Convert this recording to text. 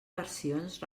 versions